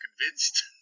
convinced